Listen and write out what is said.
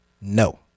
No